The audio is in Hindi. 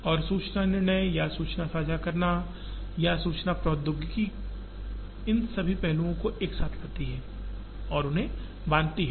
और सूचना निर्णय या सूचना साझा करना या सूचना प्रौद्योगिकी इन सभी पहलुओं को एक साथ लाती है और उन्हें बांधती है